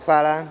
Hvala.